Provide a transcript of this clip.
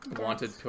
wanted